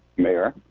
mayor.